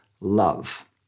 love